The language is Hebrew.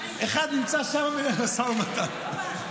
אחד נמצא שם במשא ומתן.